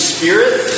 Spirit